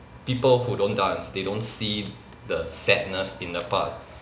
people who don't dance they don't see the sadness in the part